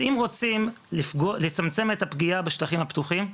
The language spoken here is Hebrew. אז אם רוצים לצמצם את הפגיעה בשטחים הפתוחים,